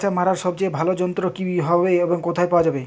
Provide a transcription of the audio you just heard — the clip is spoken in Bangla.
আগাছা মারার সবচেয়ে ভালো যন্ত্র কি হবে ও কোথায় পাওয়া যাবে?